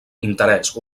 interès